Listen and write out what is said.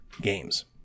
games